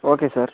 okay sir